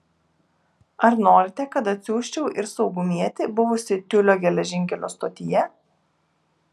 ar norite kad atsiųsčiau ir saugumietį buvusį tiulio geležinkelio stotyje